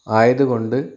ആയതുകൊണ്ട്